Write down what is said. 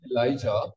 Elijah